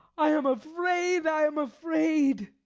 i am afraid, i am afraid!